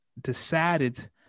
decided